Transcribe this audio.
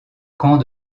camp